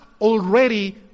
already